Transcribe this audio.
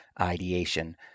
ideation